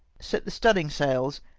set the studding sails,